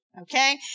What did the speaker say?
Okay